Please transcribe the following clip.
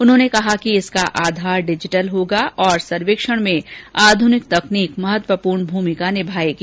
उन्होंने कहा कि इसका आधार डिजीटल होगा और सर्वेक्षण में आध्रनिक तकनीक महत्वपूर्ण भूमिका निभायेगी